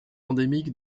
endémique